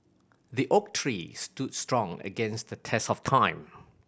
the oak tree stood strong against the test of time